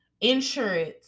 insurance